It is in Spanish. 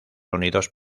unidos